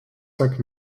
cinq